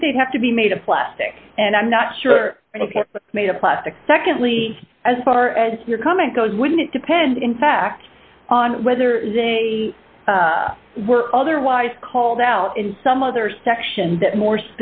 i think they have to be made of plastic and i'm not sure i made a plastic secondly as far as your comment goes wouldn't it depend in fact on whether they were otherwise called out in some other section that more